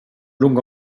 lungo